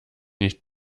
nicht